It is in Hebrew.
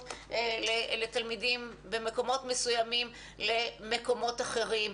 לתלמידים במקומות מסוימים למקומות אחרים.